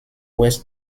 ouest